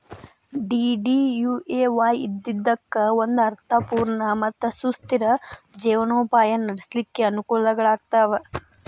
DDUAY ಇದ್ದಿದ್ದಕ್ಕ ಒಂದ ಅರ್ಥ ಪೂರ್ಣ ಮತ್ತ ಸುಸ್ಥಿರ ಜೇವನೊಪಾಯ ನಡ್ಸ್ಲಿಕ್ಕೆ ಅನಕೂಲಗಳಾಗ್ತಾವ